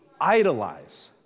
idolize